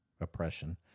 oppression